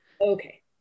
okay